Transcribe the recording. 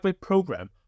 Program